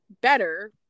better